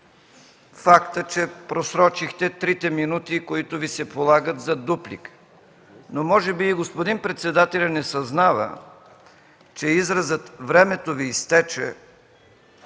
факта, че просрочихте трите минути, които Ви се полагат за дуплика. Но може би и господин председателят не съзнава, че изразът: „Времето Ви изтече”